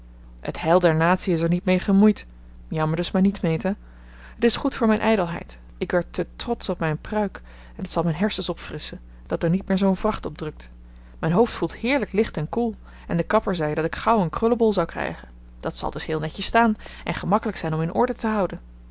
het heil der natie is er niet mee gemoeid jammer dus maar niet meta het is goed voor mijn ijdelheid ik werd te trotsch op mijn pruik en t zal mijn hersens opfrisschen dat er niet meer zoo'n vracht op drukt mijn hoofd voelt heerlijk licht en koel en de kapper zei dat ik gauw een krullebol zou krijgen dat zal dus heel netjes staan en gemakkelijk zijn om in orde te houden